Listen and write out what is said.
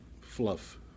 fluff